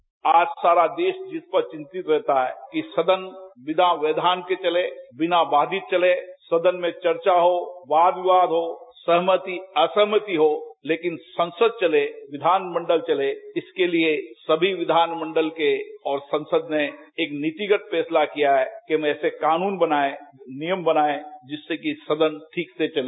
bite आज सारा देरा जिस पर चिंतित रहता है कि सदन विना व्यक्षान के चले बिना बाधित चले सदन में चर्चा हो वाद विवाद हो सहमति असहमति हो लेकिन संसद चले विधानमंडल चले इसके लिये सभी विधानमंडल को और संसद ने एक नीतिगत फैसला किया है कि हम ऐसे कानून बनाये नियम बनाये जिससे कि सदन ठीक से चले